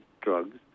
drugs